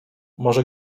może